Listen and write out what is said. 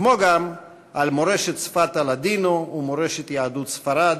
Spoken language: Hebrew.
כמו גם על מורשת שפת הלדינו ומורשת יהדות ספרד,